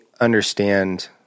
understand